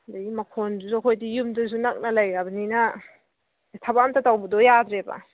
ꯑꯗꯒꯤ ꯃꯈꯣꯟꯗꯨꯁꯨ ꯑꯩꯈꯣꯏꯗꯤ ꯌꯨꯝꯗꯨꯁꯨ ꯅꯛꯅ ꯂꯩꯔꯕꯅꯤꯅ ꯊꯕꯛ ꯑꯃꯠꯇ ꯇꯧꯕꯗꯨ ꯌꯥꯗ꯭ꯔꯦꯕ